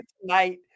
tonight